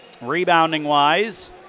Rebounding-wise